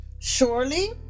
surely